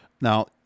Now